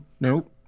Nope